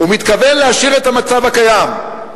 הוא מתכוון להשאיר את המצב הקיים,